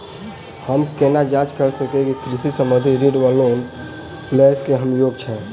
हम केना जाँच करऽ सकलिये की कृषि संबंधी ऋण वा लोन लय केँ हम योग्य छीयै?